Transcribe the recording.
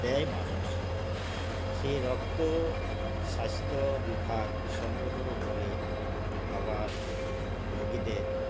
দেয় মানুষ সেই রক্ত স্বাস্থ্যবিভাগ সংগ্রহ করে আবার রোগীদের